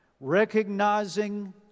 Recognizing